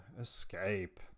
escape